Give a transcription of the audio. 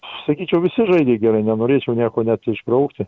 sakyčiau visi žaidė gerai nenorėčiau nieko net išbraukti